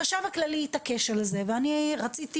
החשב הכללי התעקש על זה ואני רציתי